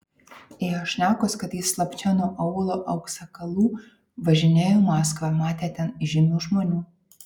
ėjo šnekos kad jis slapčia nuo aūlo aksakalų važinėjo į maskvą matė ten įžymių žmonių